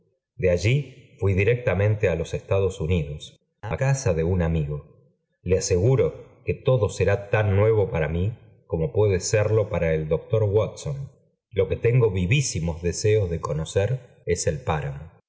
de allí fui directamente á loe estados unidos á casa de un amigo le aseguro que todo será tan nuevo para mí como puede serlo para el doctor watson lo que tengo vivísimos deseos de conocer es el páramo